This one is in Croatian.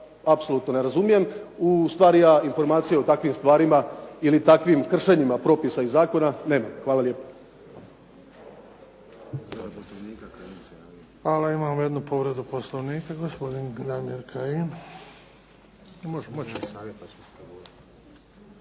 apsolutno ne razumijem, ustvari ja informacije o takvim stvarima ili takvim kršenjima propisa i zakona, nemam. Hvala lijepo. **Bebić, Luka (HDZ)** Hvala. Imamo jednu povredu Poslovnika. Gospodin Damir Kajin.